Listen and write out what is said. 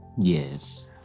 Yes